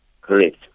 Correct